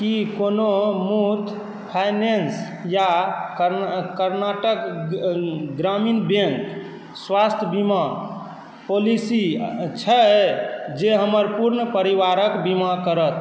की कोनो मुथुट फाइनेंस या कर्नाटक ग्रामीण बैङ्क क स्वास्थ्य बीमा पॉलिसी छै जे हमर पूर्ण परिवारक बीमा करत